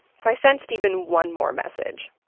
so i sent stephen one more message.